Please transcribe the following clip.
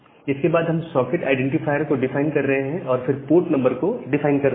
इसके बाद हम सॉकेट आईडेंटिफायर को डिफाइन कर रहे हैं और फिर पोर्ट नंबर को डिफाइन कर रहे हैं